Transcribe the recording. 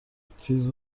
تیز